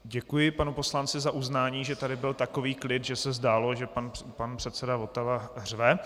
Děkuji panu poslanci za uznání, že tu byl takový klid, že se zdálo, že pan předseda Votava řve.